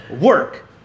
Work